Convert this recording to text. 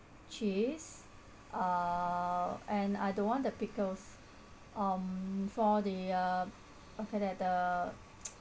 cheese uh and I don't want the pickles um for the uh okay that the